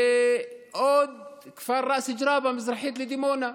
בעוד כפר, ראס ג'ראבא, מזרחית לדימונה,